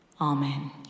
Amen